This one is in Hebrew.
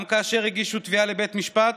גם כאשר הגישו תביעה לבית המשפט,